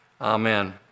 amen